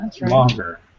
longer